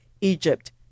Egypt